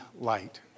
light